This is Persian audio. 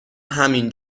همین